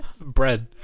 Bread